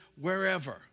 wherever